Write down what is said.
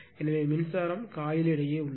எனவே மின்சாரம் காயில் இடையே உள்ளது